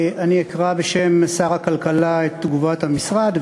אני אקרא בשם שר הכלכלה את תגובת המשרד,